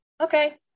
okay